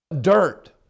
dirt